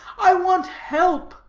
i want help!